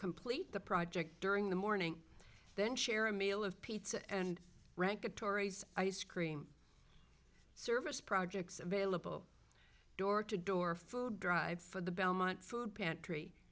complete the project during the morning then share a meal of pizzas and rank the tories ice cream service projects available door to door food drive for the belmont food pantry